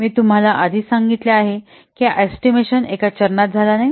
मी तुम्हाला आधीच सांगितले आहे की हा एस्टिमेशन एका चरणात झाला नाही